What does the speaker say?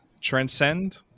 Transcend